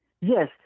Yes